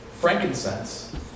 frankincense